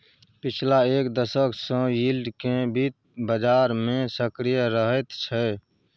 पछिला एक दशक सँ यील्ड केँ बित्त बजार मे सक्रिय रहैत छै